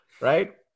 right